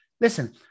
listen